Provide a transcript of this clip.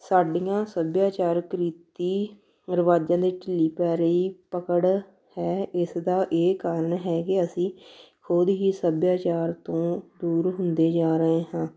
ਸਾਡੀਆਂ ਸੱਭਿਆਚਾਰਕ ਰੀਤੀ ਰਿਵਾਜ਼ਾਂ 'ਤੇ ਢਿੱਲੀ ਪੈ ਰਹੀ ਪਕੜ ਹੈ ਇਸ ਦਾ ਇਹ ਕਾਰਨ ਹੈ ਕਿ ਅਸੀਂ ਖੁਦ ਹੀ ਸੱਭਿਆਚਾਰ ਤੋਂ ਦੂਰ ਹੁੰਦੇ ਜਾ ਰਹੇ ਹਾਂ